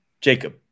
Jacob